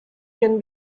can